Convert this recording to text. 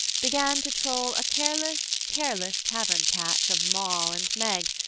began to troll a careless, careless tavern-catch of moll and meg,